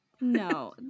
no